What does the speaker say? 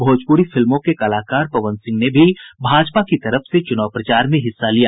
भोजपुरी फिल्मों के कलाकार पवन सिंह ने भी भाजपा की तरफ से चुनाव प्रचार में हिस्सा लिया